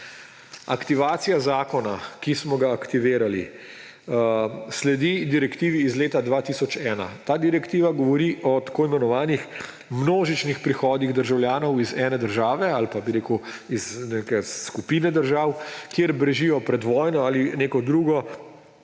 Aktivacija zakona, ki smo ga aktivirali, sledi direktivi iz leta 2001. Ta direktiva govori o tako imenovanih množičnih prihodih državljanov iz ene države ali pa iz neke skupine držav, kjer bežijo pred vojno ali neko drugo